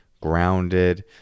grounded